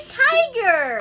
tiger